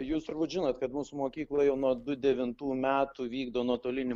jūs turbūt žinot kad mūsų mokykla jau nuo du devintų metų vykdo nuotolinį